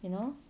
you know